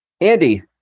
Andy